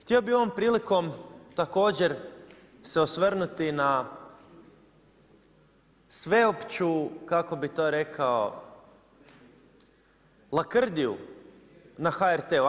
Htio bih ovom prilikom također se osvrnuti na sveopću, kako bih to rekao, lakrdiju na HRT-u.